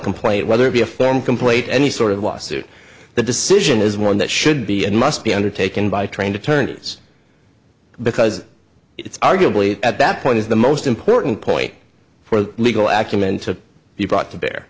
complaint whether it be a formal complaint any sort of lawsuit the decision is one that should be and must be undertaken by trained attorneys because it's arguably at that point is the most important point for legal action meant to be brought to bear